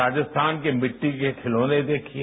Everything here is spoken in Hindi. राजस्थान के मिट्टी के खिलौने देखिए